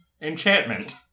enchantment